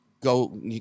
go